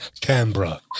Canberra